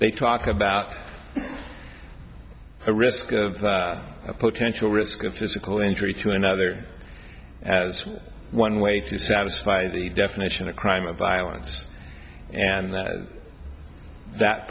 they talk about a risk of a potential risk of physical injury to another as one way to satisfy the definition of crime of violence and that that